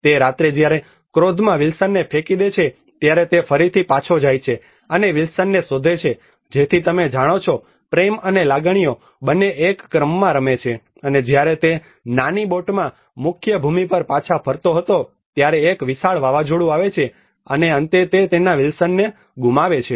તે રાત્રે જ્યારે તે ક્રોધમાં વિલ્સનને ફેંકી દે છે ત્યારે તે ફરીથી પાછો જાય છે અને વિલ્સનને શોધે છે જેથી તમે જાણો છો પ્રેમ અને લાગણીઓ બંને એક ક્રમમાં રમે છે અને જ્યારે તે નાની બોટમાં મુખ્ય ભૂમિ પર પાછા ફરતો હતો ત્યારે એક વિશાળ વાવાઝોડું આવે છે અને અંતે તે તેના વિલ્સન ગુમાવે છે